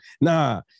Nah